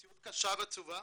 מציאות קשה ועצובה,